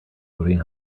between